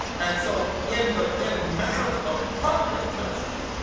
and so in the end matters of public justice,